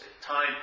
Time